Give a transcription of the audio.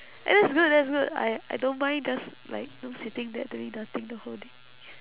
eh that's good that's good I I don't mind just like you know siting there doing nothing the whole day